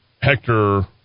Hector